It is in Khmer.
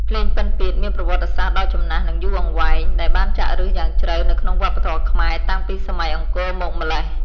ភ្លេងពិណពាទ្យ មានប្រវត្តិសាស្ត្រដ៏ចំណាស់ និងយូរអង្វែង ដែលបានចាក់ឫសយ៉ាងជ្រៅនៅក្នុងវប្បធម៌ខ្មែរតាំងពីសម័យអង្គរមកម្ល៉េះ។